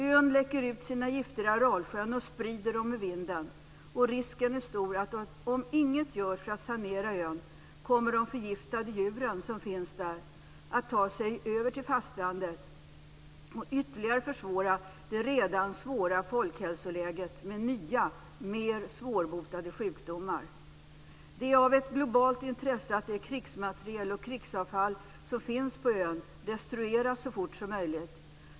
Ön läcker ut sina gifter i Aralsjön och sprider dem med vinden. Om inget görs för att sanera ön är risken stor att de förgiftade djur som finns där kommer att ta sig över till fastlandet och ytterligare försvåra det redan svåra folkhälsoläget med nya mer svårbotade sjukdomar. Det är av ett globalt intresse att det krigsmateriel och krigsavfall som finns på ön destrueras så fort som möjligt.